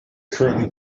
currently